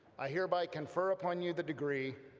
i hereby confer upon you the degree,